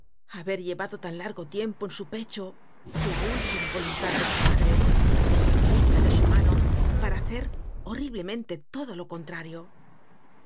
haber llevado tan largo tiempo en su pecho la última voluntad de su padre escrita de su mano para hacer horriblemente todo lo contrario